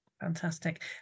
fantastic